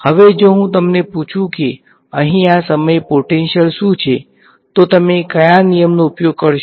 હવે જો હું તમને પૂછું કે અહીં આ સમયે પોટેંશીયલ શું છે તો તમે કયા નિયમનો ઉપયોગ કરશો